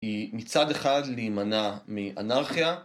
היא מצד אחד להימנע מאנרכיה